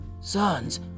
Sons